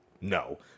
No